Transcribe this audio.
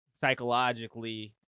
psychologically